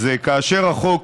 אז כאשר החוק